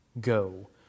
go